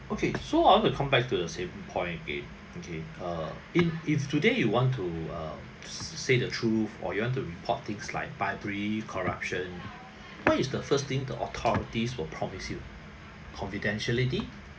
okay so I want to come back to the same point K okay uh in if today you want to uh s~ say the truth or you want to report things like bribery corruption what is the first thing the authorities will promise you confidentiality